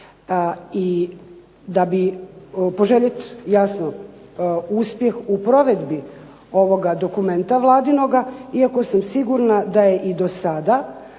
I da bi poželjet jasno uspjeh u provedbi ovoga dokumenta vladinoga, iako sam sigurna da je i do sada